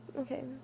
Okay